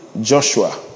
Joshua